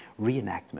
Reenactment